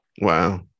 wow